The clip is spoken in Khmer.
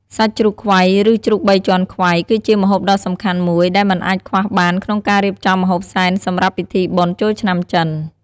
សាច់ជ្រូកខ្វៃ ឬជ្រូកបីជាន់ខ្វៃ គឺជាម្ហូបដ៏សំខាន់មួយ ដែលមិនអាចខ្វះបានក្នុងការរៀបចំម្ហូបសែនសម្រាប់ពិធីបុណ្យចូលឆ្នាំចិន។